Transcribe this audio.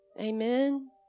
Amen